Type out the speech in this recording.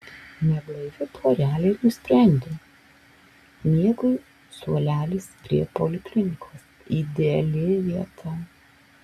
neblaivi porelė nusprendė miegui suolelis prie poliklinikos ideali vieta